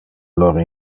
lor